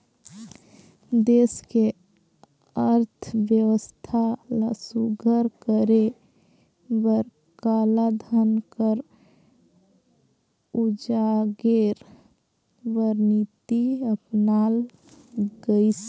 देस के अर्थबेवस्था ल सुग्घर करे बर कालाधन कर उजागेर बर नीति अपनाल गइस